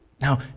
Now